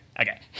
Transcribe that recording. okay